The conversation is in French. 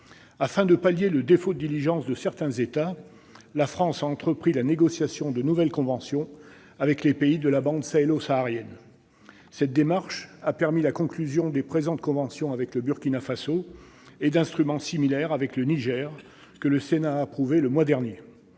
Afin de pallier le défaut de diligence de certains États, la France a entrepris la négociation de nouvelles conventions avec les pays de la bande sahélo-saharienne. Cette démarche a permis la conclusion des présentes conventions avec le Burkina Faso, ainsi que d'instruments similaires avec le Niger, que le Sénat a approuvés le mois dernier.